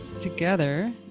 together